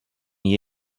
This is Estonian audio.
nii